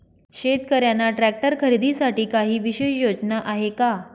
शेतकऱ्यांना ट्रॅक्टर खरीदीसाठी काही विशेष योजना आहे का?